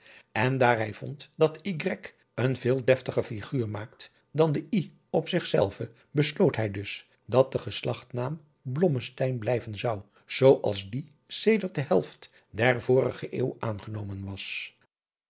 en daar hij vond dat de y een veel deftiger figuur maakt dan de i op zichzelve besloot hij dus dat de geslachtnaam blommesteyn blijven zou zoo als die sedert de helft der vorige eeuw aangenomen was